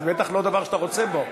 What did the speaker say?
זה בטח לא דבר שאתה רוצה בו.